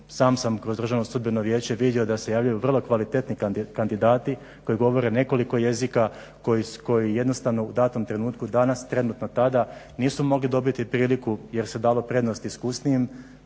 sam sam kroz Državno sudbeno vijeće vidio da se javljaju vrlo kvalitetni kandidati koji govore nekoliko jezika, koji jednostavno u datom trenutku danas trenutno tada nisu mogli dobiti priliku jer se dalo prednost iskusnijim,